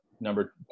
number